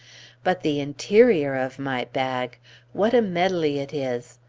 but the interior of my bag what a medley it is!